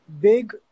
big